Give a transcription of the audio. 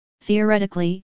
Theoretically